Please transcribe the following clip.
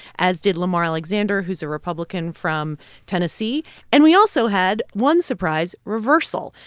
as did lamar alexander, who's a republican from tennessee and we also had one surprise reversal,